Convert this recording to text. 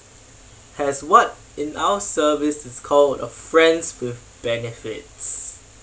has what in our service is called a friends with benefits